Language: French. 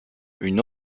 une